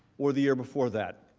or the year before that.